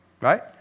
Right